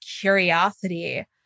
curiosity